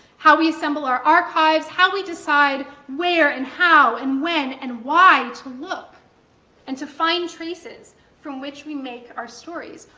how we assemble our archives, how we decide where and how and when and why to look and to find traces from which we make our stories.